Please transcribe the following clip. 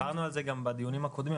דיברנו על זה גם בדיונים הקודמים,